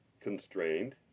constrained